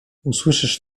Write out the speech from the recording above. usłyszysz